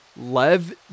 Lev